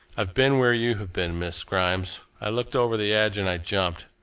i've been where you have been miss grimes. i looked over the edge and i jumped.